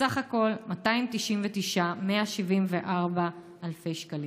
סך הכול 299,174 שקלים,